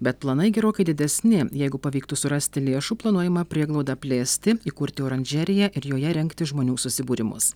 bet planai gerokai didesni jeigu pavyktų surasti lėšų planuojama prieglaudą plėsti įkurti oranžeriją ir joje rengti žmonių susibūrimus